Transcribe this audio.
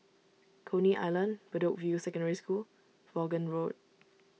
Coney Island Bedok View Secondary School Vaughan Road